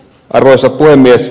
arvoisa puhemies